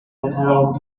around